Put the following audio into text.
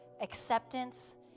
acceptance